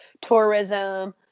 tourism